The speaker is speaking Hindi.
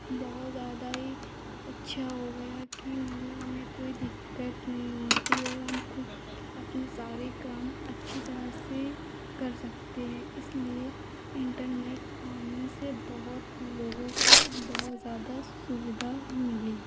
बहुत ज़्यादा ही अच्छा हो गया है कि मतलब हमें कोई दिक्कत नहीं होती और हम खुद अपने सारे काम अच्छी तरह से कर सकते हैं इसलिए इन्टरनेट आने से बहुत लोगों को बहुत ज़्यादा सुविधा मिली